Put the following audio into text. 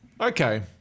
okay